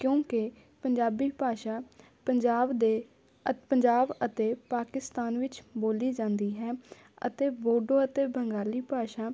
ਕਿਉਂਕਿ ਪੰਜਾਬੀ ਭਾਸ਼ਾ ਪੰਜਾਬ ਦੇ ਅ ਪੰਜਾਬ ਅਤੇ ਪਾਕਿਸਤਾਨ ਵਿੱਚ ਬੋਲੀ ਜਾਂਦੀ ਹੈ ਅਤੇ ਬੋਡੋ ਅਤੇ ਬੰਗਾਲੀ ਭਾਸ਼ਾ